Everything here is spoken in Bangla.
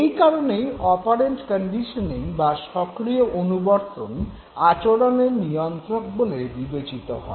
এই কারনেই অপারেন্ট কন্ডিশনিং বা সক্রিয় অনুবর্তন আচরণের নিয়ন্ত্রক বলে বিবেচিত হয়